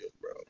bro